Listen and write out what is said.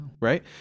right